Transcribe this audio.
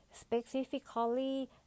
Specifically